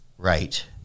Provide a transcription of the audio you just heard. right